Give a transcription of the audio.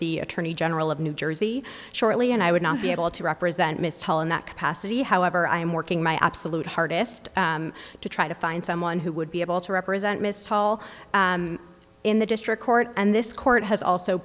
the attorney general of new jersey shortly and i would not be able to represent mr hall in that capacity however i am working my absolute hardest to try to find someone who would be able to represent mr hall in the district court and this court has also